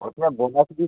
उसमें बोनस भी